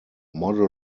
model